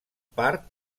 part